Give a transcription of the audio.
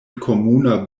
komuna